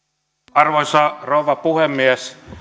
arvoisa rouva puhemies